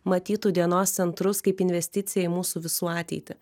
matytų dienos centrus kaip investiciją į mūsų visų ateitį